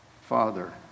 Father